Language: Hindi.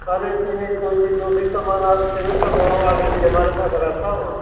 खाने पीने कोई भी जो भी सामान आपको चाहिए सब वहाँ ऑलरेडी हमारे पास रहता है वहाँ